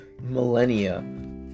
millennia